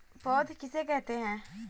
पौध किसे कहते हैं?